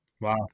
Wow